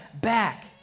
back